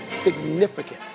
significant